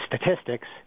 statistics